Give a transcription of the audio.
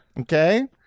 okay